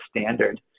standard